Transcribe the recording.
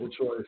choice